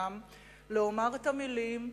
לומר את המלים,